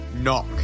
Knock